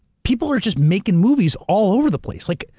people are just making movies all over the place. like,